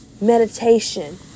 meditation